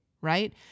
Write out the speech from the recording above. right